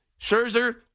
Scherzer